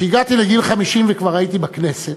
כשהגעתי לגיל 50 וכבר הייתי בכנסת,